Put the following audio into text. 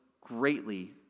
greatly